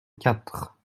quatre